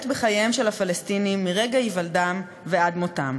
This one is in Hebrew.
בחייהם של פלסטינים מרגע היוולדם ועד מותם: